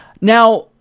Now